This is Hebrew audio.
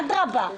אדרבה.